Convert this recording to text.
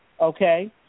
okay